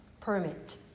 permit